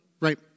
Right